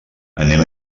anem